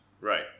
right